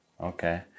okay